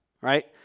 right